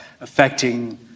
affecting